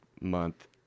month